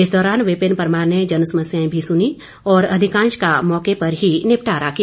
इस दौरान विपिन परमार ने जनसमस्याएं भी सुनी और अधिकांश का मौके पर ही निपटारा किया